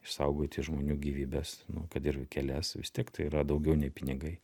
išsaugoti žmonių gyvybes nu kad ir kelias vis tiek tai yra daugiau nei pinigai